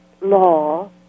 law